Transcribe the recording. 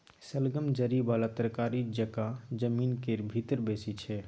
शलगम जरि बला तरकारी जकाँ जमीन केर भीतर बैसै छै